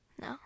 No